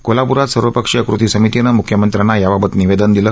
कोल्हाप्रात सर्वपक्षीय कृती समितीनं मुख्यमंत्र्यांना याबाबत निवेदन दिलं